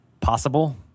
possible